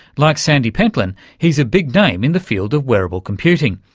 like sandy pentland, he's a big name in the field of wearable computing.